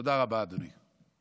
תודה רבה, אדוני.